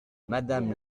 madame